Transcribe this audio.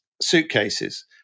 suitcases